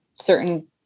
certain